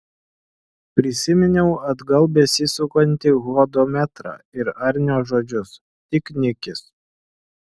prisiminiau atgal besisukantį hodometrą ir arnio žodžius tik nikis